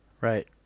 right